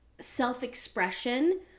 self-expression